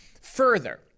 Further